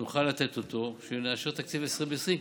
נוכל לתת כאשר נאשר את תקציב 2020,